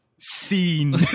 Scene